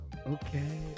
Okay